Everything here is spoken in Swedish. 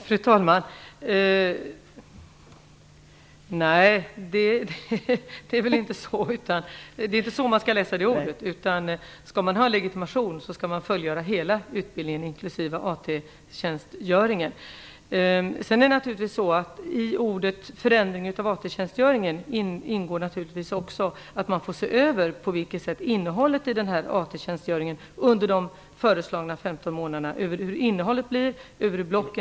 Fru talman! Nej, det är inte så man skall tyda ordet. För att få legitimation skall hela utbildningen inklusive AT-tjänstgöringen fullgöras. Naturligtvis innebär orden förändring av AT-tjänstgöringen att man också får se över innehållet och blockindelningen i AT-tjänstgöringen under de föreslagna 15 månaderna.